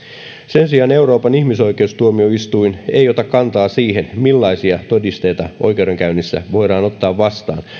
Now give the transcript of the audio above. sen sijaan euroopan ihmisoikeustuomioistuin ei ota kantaa siihen millaisia todisteita oikeudenkäynnissä voidaan ottaa vastaan